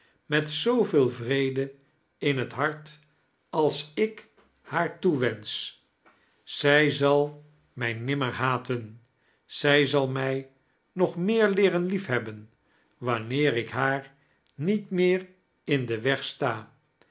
met zooveel vrede in hot hart als ik haar toewensch zij zal mij nimmer haten zij zal mij nog meer leeren liefiiebben wanneer ik haar met meer in den weg sta